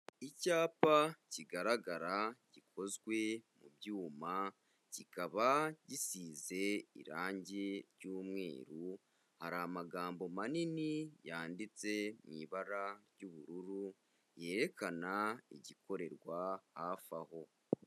Icyapa kigaragara gikozwe mu byuma, kikaba gisize irangi ry'umweru, hari amagambo manini yanditse mu ibara ry'ubururu, yerekana igikorerwa hafi aho.